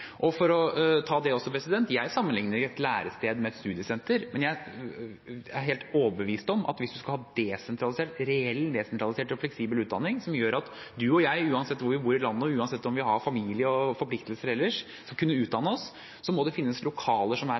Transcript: For å ta det også: Jeg sammenligner ikke et lærested med et studiesenter, men jeg er helt overbevist om at hvis man skal ha en reell desentralisert og fleksibel utdanning som gjør at du og jeg, uansett hvor vi bor i landet, og uansett om vi har familie og forpliktelser ellers, skal kunne utdanne oss, må det finnes lokaler som er